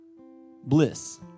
Bliss